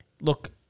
look